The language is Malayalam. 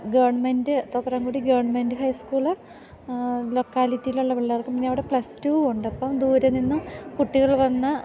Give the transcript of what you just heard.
government Thoprankudi government high school ലൊക്കാലിറ്റിയിലുള്ള പിള്ളേർക്കും പിന്നവിടെ പ്ലസ് ടൂവുണ്ട് അപ്പം ദൂരെ നിന്നും കുട്ടികൾ വന്ന്